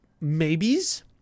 maybes